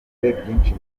byinshi